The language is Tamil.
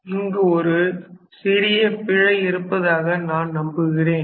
இங்கு ஒரு சிறிய பிழை இருப்பதாக நான் நம்புகிறேன்